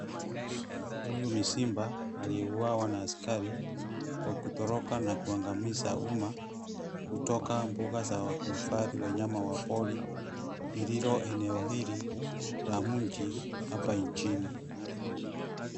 Huyu ni simba, aliyeuwawa na askari, kwa kutoroka na kuangamiza umma, kutoka mbuga za kuhifadhi wanyama wa pori, lililo eneo hili, la mji, hapa nchini.